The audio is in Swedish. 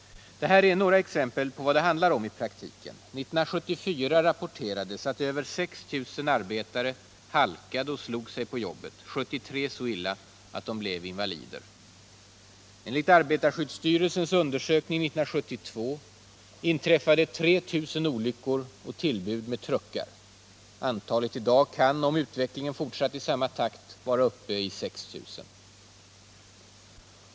Det här är några exempel på vad det i praktiken handlar om: År 1974 rapporterades att över 6 000 arbetare halkade och slog sig på jobbet, 73 så illa att de blev invalider. olyckor och tillbud med truckar. Antalet i dag kan, om utvecklingen — Nr 28 har fortsatt i samma takt, vara uppe i 6 000.